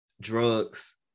drugs